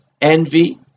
envy